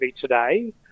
today